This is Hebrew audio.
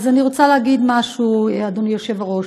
אז אני רוצה להגיד משהו, אדוני היושב-ראש: